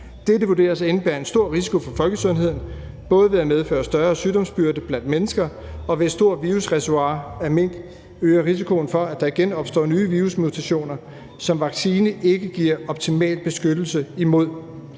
Dette vurderes at indebære en stor risiko for folkesundheden, både ved at medføre større sygdomsbyrde blandt mennesker, og ved at et stort virusreservoir i mink øger risikoen for, at der igen opstår nye virusmutationer, som vacciner ikke giver optimal beskyttelse imod.